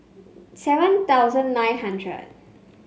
seven thousand nine hundred